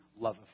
love